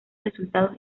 resultados